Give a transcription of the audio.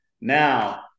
Now